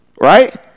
Right